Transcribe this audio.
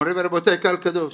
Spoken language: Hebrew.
מוריי ורבותיי, קהל קדוש,